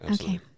Okay